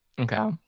Okay